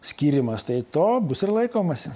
skyrimas tai to bus ir laikomasi